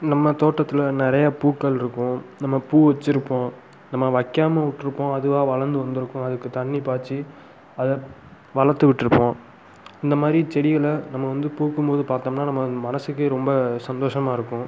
நம்ம தோட்டத்தில் நிறைய பூக்களிருக்கும் நம்ம பூ வச்சுருப்போம் நம்ம வைக்காமல் விட்டுருப்போம் அதுவாக வளர்ந்து வந்துருக்கும் அதுக்கு தண்ணி பாய்ச்சி அதை வளர்த்து விட்டுருப்போம் இந்தமாதிரி செடிகளை நம்ம வந்து பூக்கும் போது பார்த்தோம்னா நம்ம மனசுக்கே ரொம்ப சந்தோஷமாக இருக்கும்